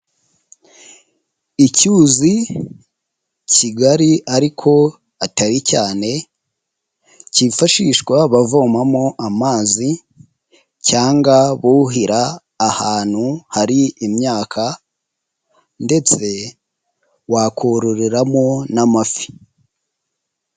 Icyuzi kigari ariko atari cyane kifashishwa bavomamo amazi cyangwa buhira ahantu hari imyaka ndetse wakororeramo n'amafi.